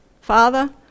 father